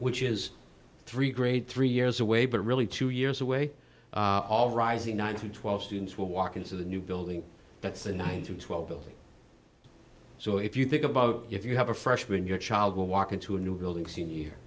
which is three grade three years away but really two years away all rising nine to twelve students will walk into the new building that's a nine to twelve building so if you think about if you have a freshman your child will walk into a new building senior